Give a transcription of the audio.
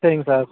சரிங்க சார்